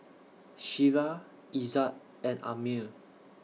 Syirah Izzat and Ammir